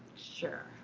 sure.